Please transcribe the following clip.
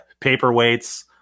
paperweights